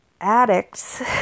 addicts